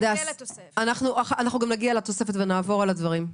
אנחנו נגיע לתוספת ונעבור על הדברים.